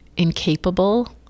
incapable